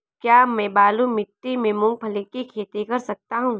क्या मैं बालू मिट्टी में मूंगफली की खेती कर सकता हूँ?